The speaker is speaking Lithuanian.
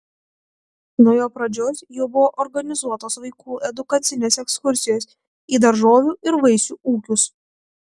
nuo jo pradžios jau buvo organizuotos vaikų edukacinės ekskursijos į daržovių ir vaisių ūkius